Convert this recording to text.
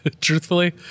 truthfully